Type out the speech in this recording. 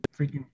freaking